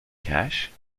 cash